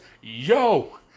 yo